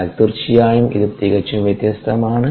എന്നാൽ തീർച്ചയായും ഇത് തികച്ചും വ്യത്യസ്തമാണ്